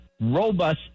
robust